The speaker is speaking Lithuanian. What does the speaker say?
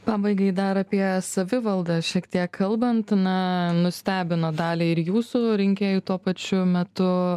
pabaigai dar apie savivaldą šiek tiek kalbant na nustebino dalį ir jūsų rinkėjų tuo pačiu metu